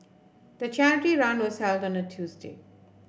the charity run was held on a Tuesday